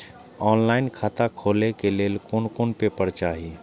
Online खाता खोले के लेल कोन कोन पेपर चाही?